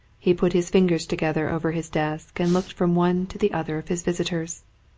he put his fingers together over his desk and looked from one to the other of his visitors.